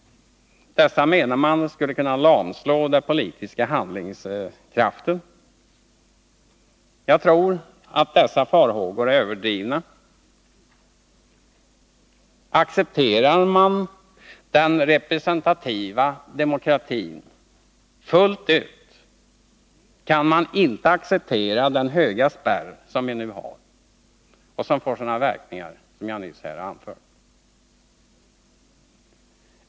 Dessa, menar man, skulle kunna lamslå den politiska handlingskraften. Jag tror att dessa farhågor är överdrivna. Accepterar man den representativa demokratin fullt ut kan man inte acceptera den höga spärr som vi nu har.